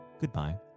goodbye